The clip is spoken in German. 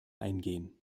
eingehen